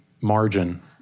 margin